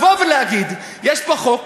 להגיד: יש פה חוק,